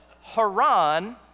Haran